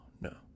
no